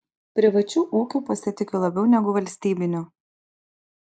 privačiu ūkiu pasitikiu labiau negu valstybiniu